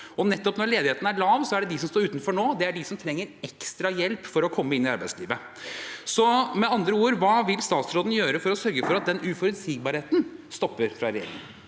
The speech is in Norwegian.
nettopp når ledigheten er lav, som er de som trenger ekstra hjelp for å komme inn i arbeidslivet. Med andre ord: Hva vil statsråden gjøre for å sørge for at den uforutsigbarheten fra regjeringen